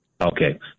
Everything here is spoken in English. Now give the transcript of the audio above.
Okay